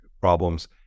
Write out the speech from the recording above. problems